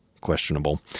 questionable